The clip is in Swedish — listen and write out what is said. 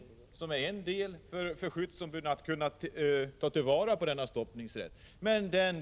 Detta är ert område där skyddsombuden har möjlighet att ta till vara de möjligheter som stoppningsrätten ger.